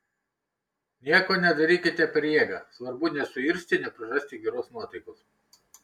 nieko nedarykite per jėgą svarbu nesuirzti neprarasti geros nuotaikos